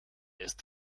ist